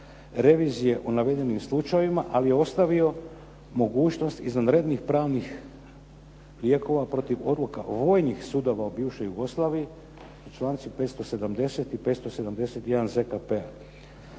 revizije o navedenim slučajevima, ali je ostavio mogućnost izvanrednih pravnih lijekova protiv odluka vojnih sudova u bivšoj Jugoslaviji, članci 570. i 571. ZKP-a.